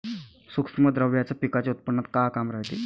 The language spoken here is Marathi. सूक्ष्म द्रव्याचं पिकाच्या उत्पन्नात का काम रायते?